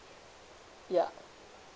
ya